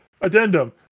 addendum